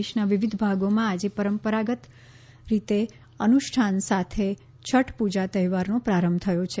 દેશના વિવિધ ભાગોમાં આજે પરંપરાગત નહાએ ખાયે અનુષ્ઠાન સાથે છઠ પુજા તહેવારનો પ્રારંભ થયો છે